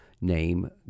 name